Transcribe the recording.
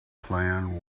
clan